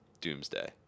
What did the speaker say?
Doomsday